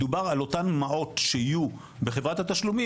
מדובר על אותן מעות שיהיו בחברת התשלומים,